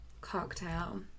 cocktail